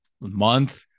month